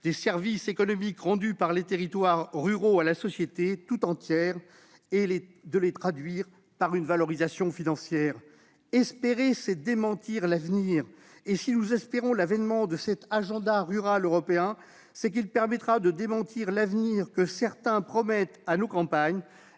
des services écologiques rendus par les territoires ruraux à la société tout entière et de les traduire par une valorisation financière. Espérer, c'est démentir l'avenir. Si donc nous espérons l'avènement de cet agenda rural européen, c'est parce qu'il permettra de démentir l'avenir que certains promettent à nos campagnes,